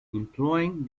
implying